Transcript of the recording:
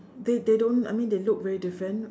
they they don't I mean they look very different